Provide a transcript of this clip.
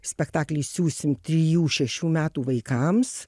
spektaklį išsiųsim trijų šešių metų vaikams